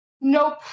nope